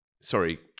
sorry